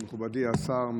מכובדי השר,